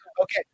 Okay